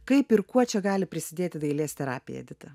kaip ir kuo čia gali prisidėti dailės terapija edita